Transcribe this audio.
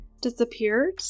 disappeared